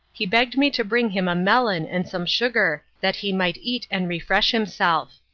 he begged me to bring him a melon and some sugar, that he might eat and refresh himself.